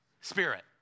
Spirit